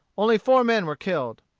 only four men were killed.